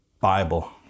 Bible